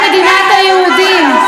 וזה לא מה שיקרה למדינת היהודים.